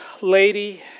lady